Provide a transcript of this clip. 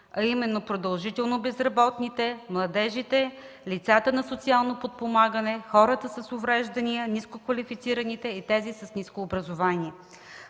а именно: продължително безработните; младежите; лицата на социално подпомагане; хората с увреждания; нискоквалифицираните и тези с ниско образование.